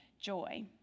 joy